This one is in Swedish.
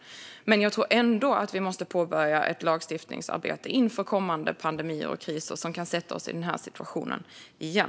Men jag tror ändå att vi måste påbörja ett lagstiftningsarbete inför kommande pandemier och kriser som kan sätta oss i den här situationen igen.